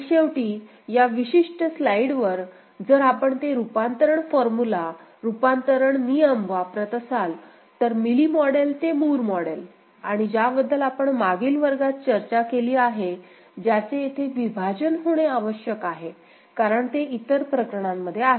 आणि शेवटी या विशिष्ट स्लाइडवर जर आपण ते रूपांतरण फॉर्म्युला रूपांतरण नियम वापरत असाल तर मिली मॉडेल ते मूर मॉडेल आणि ज्याबद्दल आपण मागील वर्गात चर्चा केली आहे ज्याचे येथे विभाजन होणे आवश्यक आहे कारण ते इतर प्रकरणांमध्ये आहेत